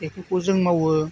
बेफोरखौ जों मावो